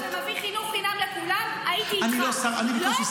אם היית בא ומביא חינוך חובה לכולם, הייתי איתך.